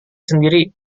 sendiri